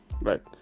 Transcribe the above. right